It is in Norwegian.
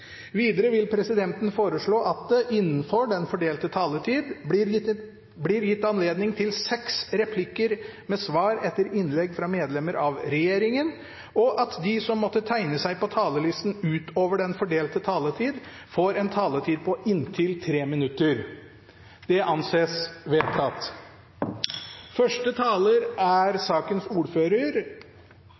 Videre vil presidenten foreslå at det blir gitt anledning til seks replikker med svar etter innlegg fra medlem av regjeringen innenfor den fordelte taletid, og at de som måtte tegne seg på talerlisten utover den fordelte taletid, får en taletid på inntil 3 minutter. – Det anses vedtatt. Det er